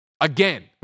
Again